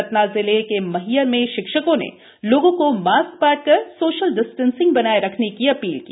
सतना जिले मैहर में शिक्षकों ने लोगों को मास्क बांटकर सोशल डिस्टेंसिंग बनाए रखने की अपील की